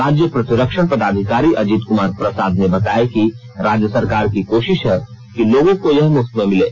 राज्य प्रतिरक्षण पदाधिकारी अजीत कुमार प्रसाद ने बताया कि राज्य सरकार की कोशिश है कि लोगों को यह मुफ्त में मिले